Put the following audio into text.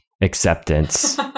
acceptance